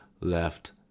left